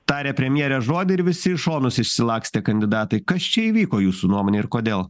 tarė premjerė žodį ir visi į šonus išsilakstė kandidatai kas čia įvyko jūsų nuomone ir kodėl